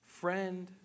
friend